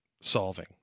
solving